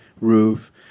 roof